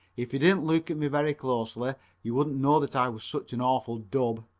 if you didn't look at me very closely you wouldn't know that i was such an awful dub.